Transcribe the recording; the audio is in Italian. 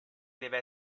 deve